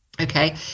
Okay